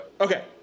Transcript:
Okay